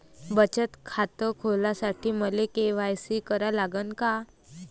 बचत खात खोलासाठी मले के.वाय.सी करा लागन का?